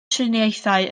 triniaethau